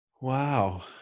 Wow